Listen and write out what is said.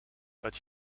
but